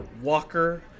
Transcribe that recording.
Walker